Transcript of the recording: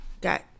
got